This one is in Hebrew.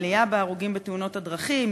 עלייה בהרוגים בתאונות הדרכים,